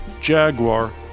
Jaguar